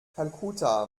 kalkutta